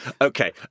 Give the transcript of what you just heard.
Okay